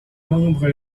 membres